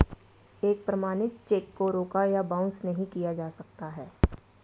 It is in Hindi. एक प्रमाणित चेक को रोका या बाउंस नहीं किया जा सकता है